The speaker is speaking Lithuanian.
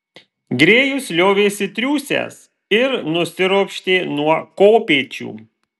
grėjus liovėsi triūsęs ir nusiropštė nuo kopėčių